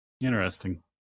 Interesting